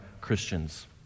Christians